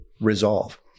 resolve